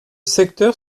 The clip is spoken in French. secteur